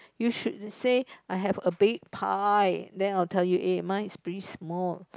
you should say I have a big pie then I will tell you eh mine is pretty small